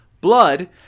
blood